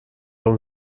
auch